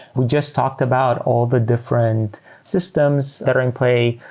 we just talked about all the different systems that are in play.